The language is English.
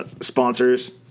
Sponsors